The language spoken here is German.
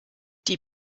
die